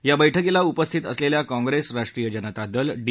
या बैठकीला उपस्थित असलेल्या काँग्रेस राष्ट्रीय जनता दल डी